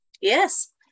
Yes